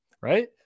Right